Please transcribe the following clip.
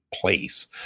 place